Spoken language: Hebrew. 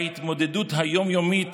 בהתמודדות היום-יומית